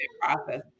process